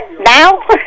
now